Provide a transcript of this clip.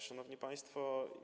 Szanowni Państwo!